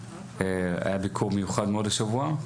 היה ביקור מיוחד מאוד השבוע.